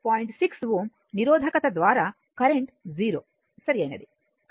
6 Ω నిరోధకత ద్వారా కరెంట్ 0 సరైనది